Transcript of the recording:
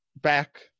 back